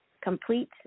complete